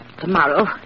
Tomorrow